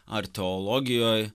ar teologijoj